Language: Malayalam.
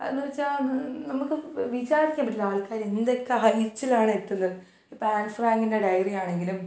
എന്ന് വെച്ചാൽ അത് നമുക്ക് വിചാരിക്കാൻ പറ്റില്ല ആൾക്കാരെന്തക്കെ ഹൈറ്റ്സിലാണെത്തുന്നത് ഇപ്പോൾ ആൻ ഫ്രാങ്കിന്റെ ഡയറിയാണെങ്കിലും